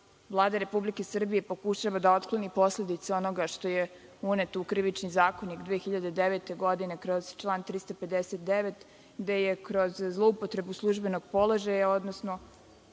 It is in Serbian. Vlada Republike Srbije pokušava da otkloni posledice onoga što je uneto u Krivični zakonik 2009. godine kroz član 359, gde je kroz zloupotrebu službenog položaja, odnosno